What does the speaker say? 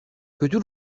kötü